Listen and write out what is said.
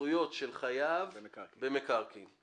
זכויות של חייב במקרקעין .